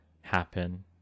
happen